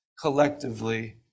collectively